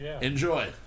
Enjoy